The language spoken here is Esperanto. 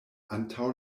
antaŭ